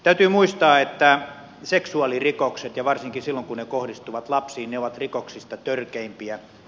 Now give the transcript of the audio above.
täytyy muistaa että seksuaalirikokset varsinkin silloin kun ne kohdistuvat lapsiin ovat rikoksista törkeimpiä